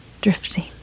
drifting